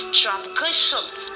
transgressions